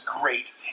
great